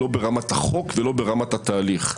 לא ברמת החוק ולא ברמת התהליך.